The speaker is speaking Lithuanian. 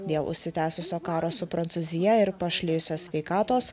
dėl užsitęsusio karo su prancūzija ir pašlijusios sveikatos